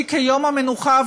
כשהרעיון הזה הועלה,